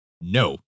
No